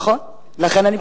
נכון, לכן אני פונה אליך.